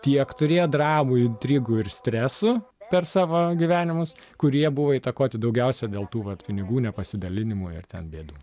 tiek turėjo dramų intrigų ir stresų per savo gyvenimus kurie buvo įtakoti daugiausia dėl tų vat pinigų nepasidalinimų ir ten bėdų